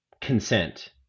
consent